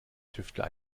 tüftler